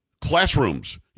classrooms